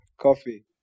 Coffee